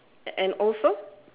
and also